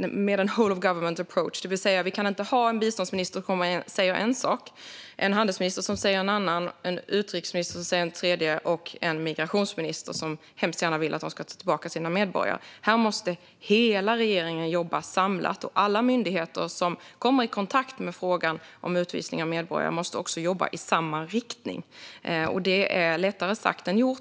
med en whole-of-government approach. Vi kan alltså inte ha det så att en biståndsminister säger en sak, en handelsminister säger en annan sak, en utrikesminister säger en tredje sak och en migrationsminister som hemskt gärna vill att länderna ska ta tillbaka sina medborgare. Hela regeringen måste jobba samlat. Alla myndigheter som kommer i kontakt med frågan om utvisning av medborgare måste också jobba i samma riktning. Det är lättare sagt än gjort.